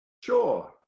sure